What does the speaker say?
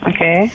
Okay